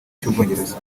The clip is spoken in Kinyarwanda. cy’ubwongereza